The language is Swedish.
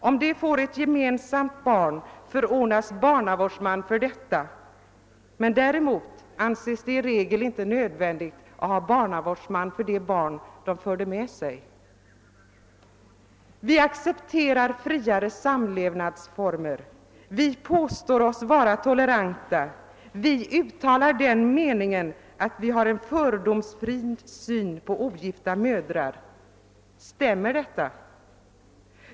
Om de får ett gemensamt barn förordnas barnavårdsman för detta, men däremot anses det i regel inte nödvändigt att ha barnavårdsman för de barn de förde med sig. Vi accepterar friare samlevnadsformer, vi påstår oss vara toleranta, vi uttalar den meningen, att vi har en fördomsfri syn på ogifta mödrar. Stämmer detta?